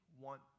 want